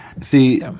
See